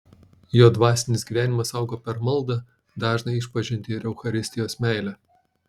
jo dvasinis gyvenimas augo per maldą dažną išpažintį ir eucharistijos meilę